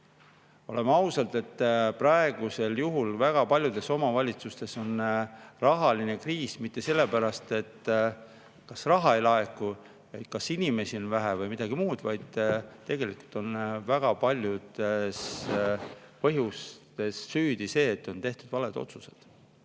Oleme ausad, praegusel juhul on väga paljudes omavalitsustes rahaline kriis mitte sellepärast, et kas raha ei laeku, kas inimesi on vähe või midagi muud, vaid tegelikult on väga paljuski süüdi see, et on tehtud valed otsused.